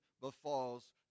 befalls